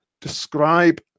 describe